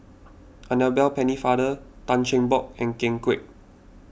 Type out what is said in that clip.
Annabel Pennefather Tan Cheng Bock and Ken Kwek